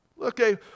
Okay